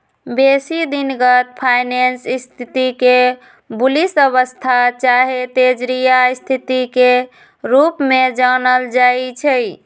बेशी दिनगत फाइनेंस स्थिति के बुलिश अवस्था चाहे तेजड़िया स्थिति के रूप में जानल जाइ छइ